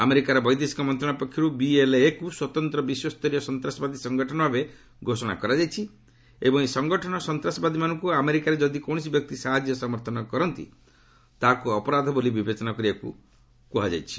ଆମେରିକାର ବୈଦେଶିକ ମନ୍ତ୍ରଣାଳୟ ପକ୍ଷରୁ ବିଏଲ୍ଏକୁ ସ୍ୱତନ୍ତ୍ର ବିଶ୍ୱସରୀୟ ସନ୍ତ୍ରାସବାଦୀ ସଙ୍ଗଠନ ଭାବେ ଘୋଷଣା କରାଯାଇଛି ଏବଂ ଏହି ସଙ୍ଗଠନର ସନ୍ତାସବାଦୀମାନଙ୍କୁ ଆମେରିକାରେ ଯଦି କୌଣସି ବ୍ୟକ୍ତି ସାହାଯ୍ୟ ସମର୍ଥନ କରନ୍ତି ତାହାକୁ ଅପରାଧ ବୋଲି ବିବେଚନା କରିବାକୁ କୁହାଯାଇଛି